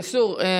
הינה,